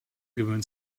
gewöhnt